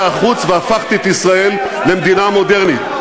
חוץ והפכתי את ישראל למדינה מודרנית.